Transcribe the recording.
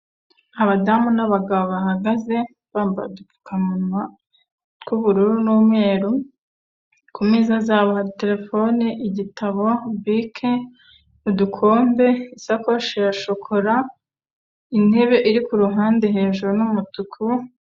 Abadamu n'abagabo bahagaze bambaye udupfukamunwa tw'ubururu n'umweru, kumeza zabo hari terefone, igitabo, bike, udukombe, isakoshi ya shokora, intebe iri kuruhande hejuru y'umutuku.